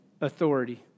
authority